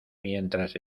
mientras